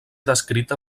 descrita